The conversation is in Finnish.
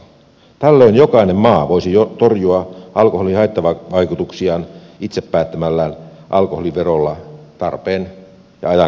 tällöin jokainen maa voisi torjua alkoholin haittavaikutuksia itse päättämällään alkoholiverolla tarpeen ja ajankohdan mukaisesti